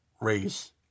race